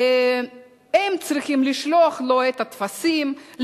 הם צריכים לשלוח לו את הטפסים,